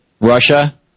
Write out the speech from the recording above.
Russia